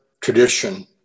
tradition